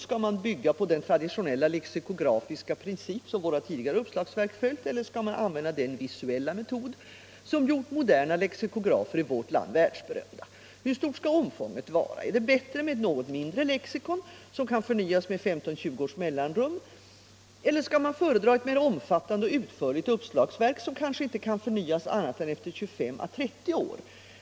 Skall man bygga på den traditionella lexikografiska princip som våra tidigare uppslagsverk följt eller skall man använda den visuella metod som gjort moderna lexikografer i vårt land världsberömda? Hur stort skall omfånget vara? Är det bättre med ett något mindre lexikon som kan förnyas med 15-20 års mellanrum eller skall man föredra ett mera omfattande och utförligt uppslagsverk som kanske inte kan förnyas annat än efter 25-30 år?